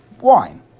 wine